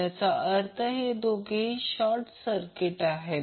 याचा अर्थ ते दोघेही शॉर्ट सर्किट आहेत